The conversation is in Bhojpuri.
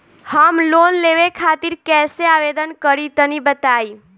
हम लोन लेवे खातिर कइसे आवेदन करी तनि बताईं?